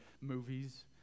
movies